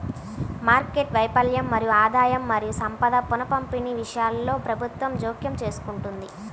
market వైఫల్యం మరియు ఆదాయం మరియు సంపద పునఃపంపిణీ విషయంలో ప్రభుత్వం జోక్యం చేసుకుంటుంది